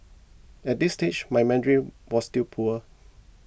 at this stage my Mandarin was still poor